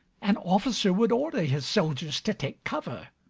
an officer would order his soldiers to take cover.